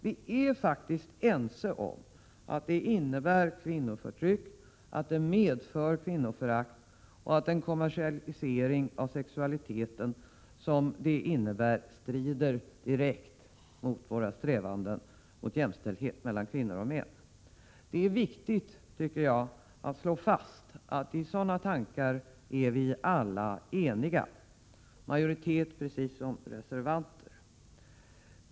Vi är ense om att den innebär kvinnoförtryck, att den medför kvinnoförakt och att den kommersialisering av sexualiteten som den innebär strider direkt mot våra strävanden till jämställdhet mellan kvinnor och män. Det är viktigt, tycker jag, att slå fast att om sådana tankar är vi alla eniga, majoriteten precis som reservanterna.